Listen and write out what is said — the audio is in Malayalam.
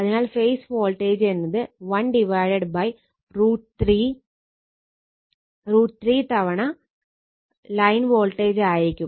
അതിനാൽ ഫേസ് വോൾട്ടേജ് എന്നത് 1√ 3 തവണ ലൈൻ വോൾട്ടേജ് ആയിരിക്കും